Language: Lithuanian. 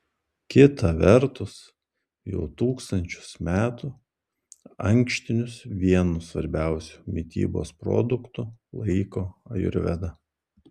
kita vertus jau tūkstančius metų ankštinius vienu svarbiausiu mitybos produktu laiko ajurveda